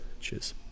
Cheers